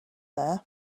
there